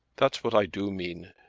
that's what i do mean.